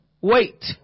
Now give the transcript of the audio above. wait